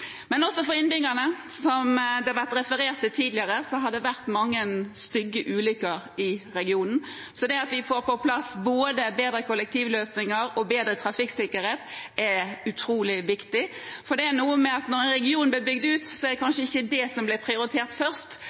Men også for innbyggerne: Som det har vært referert til tidligere, har det vært mange stygge ulykker i regionen. At vi får på plass både bedre kollektivløsninger og bedre trafikksikkerhet, er utrolig viktig, for det er noe med at når en region blir bygd ut, er det kanskje ikke det som blir prioritert først,